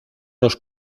los